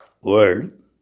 word